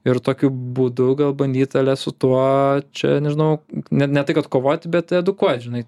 ir tokiu būdu gal bandyta ale su tuo čia nežinau net ne tai kad kovoti bet edukuot žinai